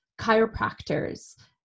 chiropractors